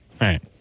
right